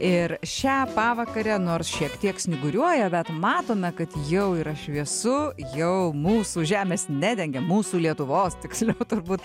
ir šią pavakarę nors šiek tiek snyguriuoja bet matome kad jau yra šviesu jau mūsų žemės nedengia mūsų lietuvos tiksliau turbūt